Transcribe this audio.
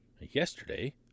Yesterday